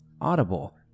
Audible